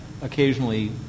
occasionally